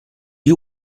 you